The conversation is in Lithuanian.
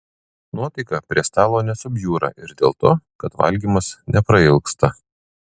nuotaika prie stalo nesubjūra ir dėl to kad valgymas neprailgsta